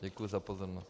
Děkuji za pozornost.